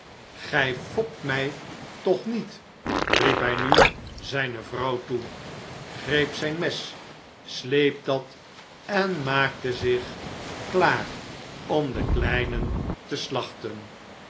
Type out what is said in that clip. gij fopt mij toch niet riep hij nu zijne vrouw toe greep zijn mes sleep dat en maakte zich klaar om de kleinen te slagten